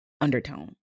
undertone